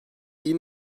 iyi